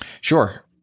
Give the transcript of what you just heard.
Sure